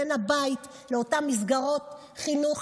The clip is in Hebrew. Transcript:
בין הבית לאותן מסגרות חינוך,